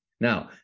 Now